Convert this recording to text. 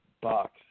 box